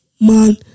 man